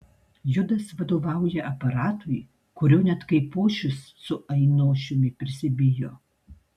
judas vadovauja aparatui kurio net kaipošius su ainošiumi prisibijo